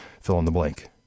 fill-in-the-blank